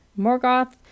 Morgoth